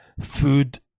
food